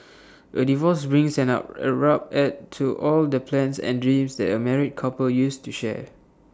A divorce brings an up abrupt end to all the plans and dreams that A married couple used to share